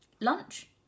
Lunch